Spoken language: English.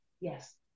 Yes